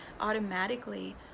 automatically